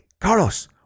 Carlos